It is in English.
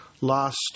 Last